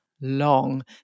long